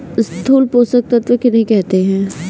स्थूल पोषक तत्व किन्हें कहते हैं?